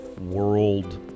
world